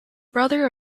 brother